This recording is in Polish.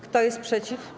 Kto jest przeciw?